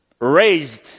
raised